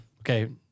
okay